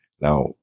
Now